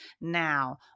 Now